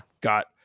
Got